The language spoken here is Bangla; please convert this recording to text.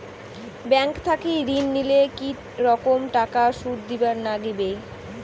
ব্যাংক থাকি ঋণ নিলে কি রকম টাকা সুদ দিবার নাগিবে?